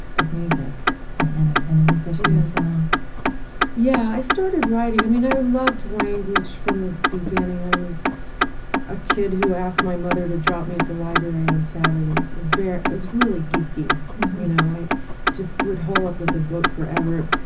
of music and um and a musician as well yeah. i started writing. i mean i loved language from the beginning. i was a kid who asked my mother to drop me at the library on saturdays. i was very i was really geeky mm-hmm you know, i just would hole up with a book forever.